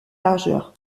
largeur